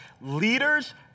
leaders